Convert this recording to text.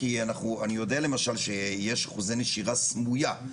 כי אני יודע למשל שיש אחוזי נשירה סמויה,